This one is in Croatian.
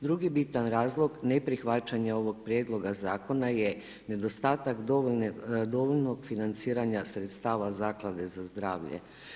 Drugi bitan razlog neprihvaćanje ovog Prijedloga zakona je nedostatak dovoljnog financiranja sredstava Zaklade za zdravlje.